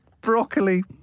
broccoli